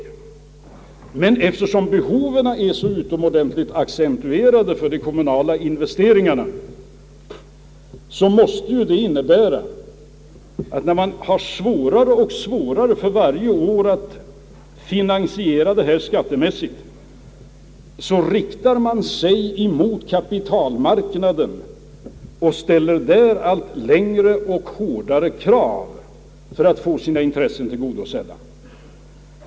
Men eftersom kapitalbehoven är så accentuerade på grund av de kommunala investeringarna, måste det ju innebära att kommunerna, när det för varje år blir svårare att finansiera det hela skattemässigt, ställer allt större krav på kapitalmarknaden för att få sina intressen tillgodosedda.